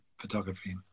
photography